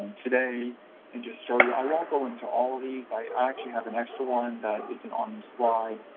today and just show you i won't go into all of these i actually have an extra one that isn't on the slide.